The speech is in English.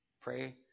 Pray